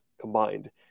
combined